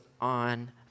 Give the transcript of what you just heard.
on